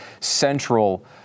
central